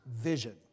vision